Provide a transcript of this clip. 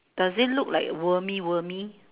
does it look like wormy wormy